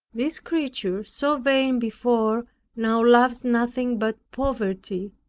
this creature so vain before now loves nothing but poverty,